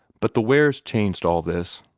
but the wares changed all this.